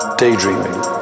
daydreaming